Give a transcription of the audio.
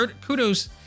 kudos